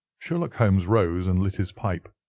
sherlock holmes rose and lit his pipe.